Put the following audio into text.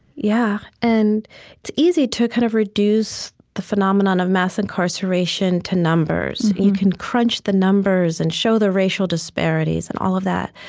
yeah and it's easy to kind of reduce the phenomenon of mass incarceration to numbers. you can crunch the numbers and show the racial disparities and all of that,